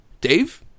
Dave